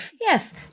Yes